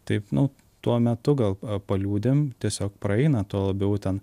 taip nu tuo metu gal paliūdim tiesiog praeina tuo labiau ten